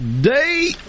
day